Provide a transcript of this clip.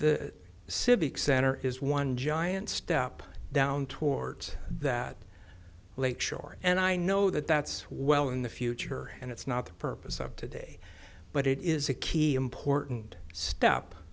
the civic center is one giant step down towards that lake shore and i know that that's well in the future and it's not the purpose of today but it is a key important st